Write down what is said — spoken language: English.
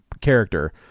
character